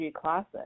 classic